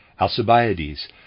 Alcibiades